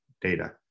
data